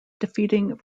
defeating